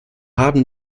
haben